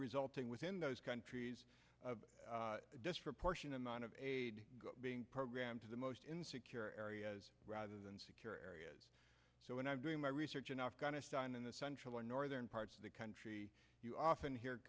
resulting within those countries of disproportionate amount of aid program to the most insecure areas rather than secure areas so when i'm doing my research in afghanistan in the central or northern part of the country you often